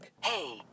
Hey